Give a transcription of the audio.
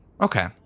Okay